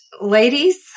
Ladies